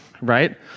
right